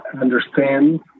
understand